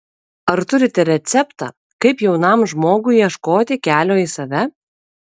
ar turite receptą kaip jaunam žmogui ieškoti kelio į save